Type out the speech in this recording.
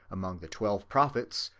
among the twelve prophets,